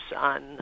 on